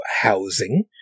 housing